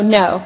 no